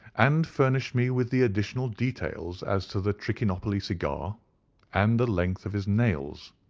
and furnished me with the additional details as to the trichinopoly cigar and the length of his nails.